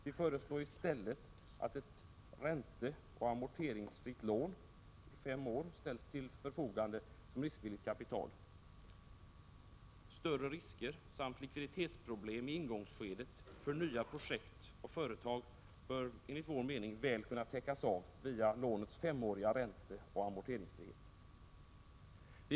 Vi föreslår i stället att ett ränteoch amorteringsfritt lån under fem år ställs till förfogande som riskvilligt kapital. Större risker samt likviditetsproblem i ingångsskedet för nya projekt och företag bör enligt vår mening väl kunna täckas genom att lånet är ränteoch amorteringsfritt under fem år.